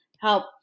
help